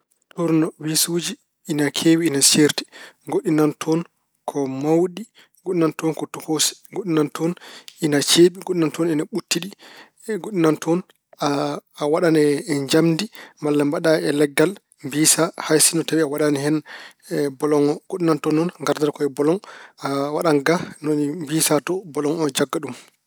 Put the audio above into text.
Tuurnawisuuji ina keewi, ina seerti. Goɗɗi nana toon ko mawɗi. Goɗɗi nana toon ko tokoosi. Goɗɗi nana toon ina ceeɓi. Goɗɗi nana toon ina ɓuɗtiɗi. Goɗɗi nana toon a wa- waɗan e njamndi walla mbaɗa e lekkal mbiisa hay sinno tawi a waɗaani hen boloŋ o. Goɗɗi nana toon noon, ngardata ko e boloŋ, a waɗan ga ni woni mbiisa to boloŋ o jannga ɗum.